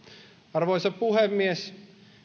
arvoisa puhemies